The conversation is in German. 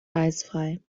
eisfrei